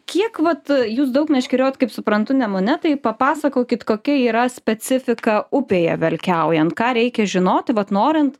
kiek vat jūs daug meškeriojat kaip suprantu nemune tai papasakokit kokia yra specifika upėje velkiaujant ką reikia žinoti vat norint